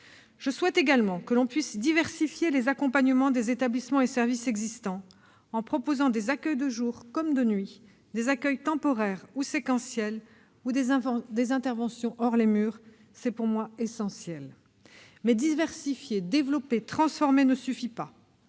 Je souhaite également que l'on puisse diversifier les accompagnements offerts par les établissements et services existants, en proposant des accueils de jour comme de nuit, des accueils temporaires ou séquentiels, ou encore des interventions hors les murs : c'est pour moi essentiel. Cependant, diversifier, développer, transformer ne suffit pas.